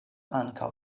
ankaŭ